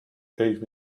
gave